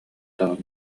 даҕаны